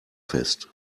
fest